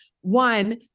one